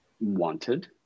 wanted